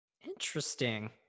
Interesting